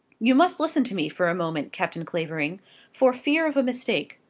you must listen to me for a moment, captain clavering for fear of a mistake.